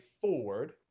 forward